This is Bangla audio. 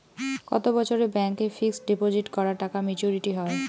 কত বছরে ব্যাংক এ ফিক্সড ডিপোজিট করা টাকা মেচুউরিটি হয়?